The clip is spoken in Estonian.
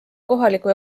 kohaliku